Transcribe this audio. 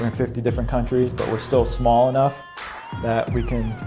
and fifty different countries, but we are still small enough that we can,